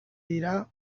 dira